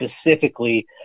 specifically